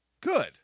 Good